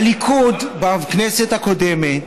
הליכוד בכנסת הקודמת,